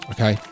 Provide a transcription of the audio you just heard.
Okay